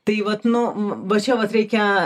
tai vat nu va čia vat reikia